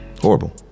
Horrible